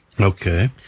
Okay